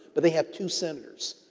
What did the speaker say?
but they have two senators,